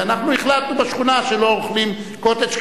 ואנחנו החלטנו בשכונה שלא אוכלים "קוטג'",